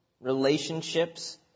relationships